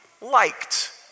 liked